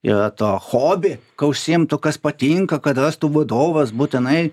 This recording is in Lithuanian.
yra to hobi ka užsiimtų kas patinka kad rastų vadovas būtinai